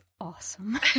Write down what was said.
awesome